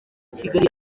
kigali